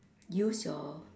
use your